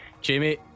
Jamie